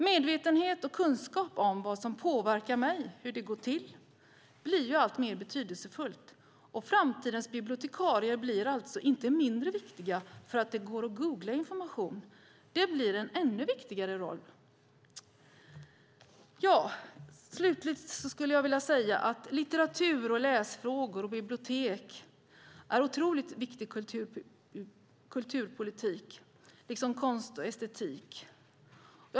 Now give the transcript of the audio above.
Medvetenheten och kunskapen om vad som påverkar mig - hur det går till - blir allt betydelsefullare. Framtidens bibliotekarier blir alltså inte mindre viktiga för att det går att googla information, utan deras roll blir ännu viktigare. Slutligen skulle jag vilja säga att litteratur och läsfrågor samt biblioteken är otroligt viktig kulturpolitik precis som konst och estetik är.